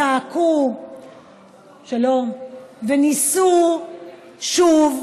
זעקו וניסו שוב,